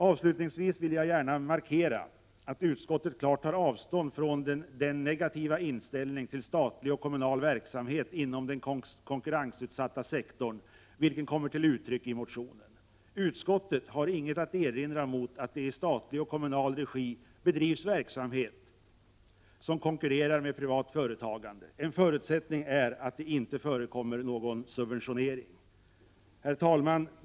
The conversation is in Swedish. Avslutningsvis vill jag gärna markera att utskottet klart tar avstånd från den negativa inställning till statlig och kommunal verksamhet inom den konkurrensutsatta sektorn som kommer till uttryck i motionen. Utskottet har inget att erinra mot att det i statlig och kommunal regi bedrivs verksamhet som konkurrerar med privat företagande. En förutsättning är att det inte förekommer någon subventionering. Herr talman!